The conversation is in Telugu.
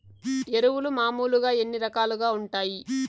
ఎరువులు మామూలుగా ఎన్ని రకాలుగా వుంటాయి?